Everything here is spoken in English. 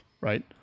right